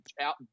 out